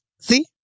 see